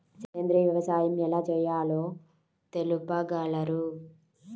సేంద్రీయ వ్యవసాయం ఎలా చేయాలో తెలుపగలరు?